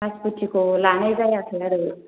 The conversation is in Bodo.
नासपुटिखौ लानाय जायाखै आरो